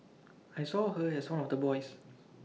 I saw her as one of the boys